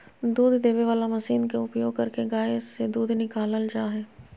दूध देबे वला मशीन के उपयोग करके गाय से दूध निकालल जा हइ